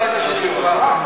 בסדר, זאת תשובה.